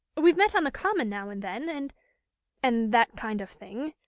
we've met on the common now and then, and and that kind of thing.